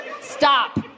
stop